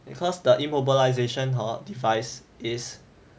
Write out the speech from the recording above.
because the immobilization hor device is